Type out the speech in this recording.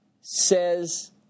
says